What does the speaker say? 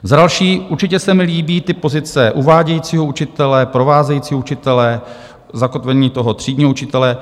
Za další, určitě se mi líbí ty pozice uvádějícího učitele, provázejícího učitele, zakotvení toho třídního učitele.